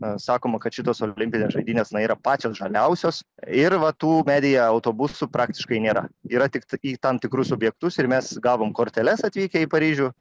na sakoma kad šitos olimpinės žaidynės na yra pačios žaliausios ir va tų medija autobusų praktiškai nėra yra tiktai į tam tikrus objektus ir mes gavom korteles atvykę į paryžių